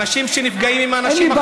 האנשים שנפגעים הם האנשים החלשים.